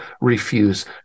refuse